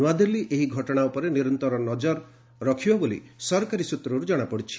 ନୂଆଦିଲ୍ଲୀ ଏହି ଘଟଣା ଉପରେ ନିରନ୍ତର ନଜର ରଖିବ ବୋଲି ସରକାରୀ ସୂତ୍ରରୁ ଜଣାପଡ଼ିଛି